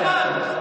הפסקת צעקות.